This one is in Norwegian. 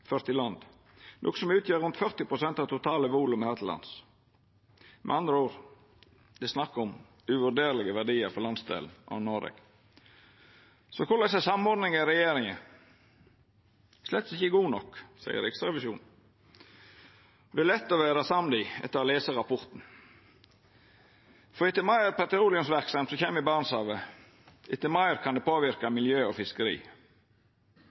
ført i land, noko som utgjer rundt 40 pst. av det totale volumet her til lands. Det er med andre ord snakk om uvurderlege verdiar for landsdelen og Noreg. Så korleis er samordninga i regjeringa? Slett ikkje god nok, seier Riksrevisjonen. Det er det lett å vera samd i etter å ha lese rapporten. Jo meir petroleumsverksemd som kjem til Barentshavet, desto meir kan det påverka miljø og